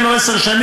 אם אין לו עשר שנים,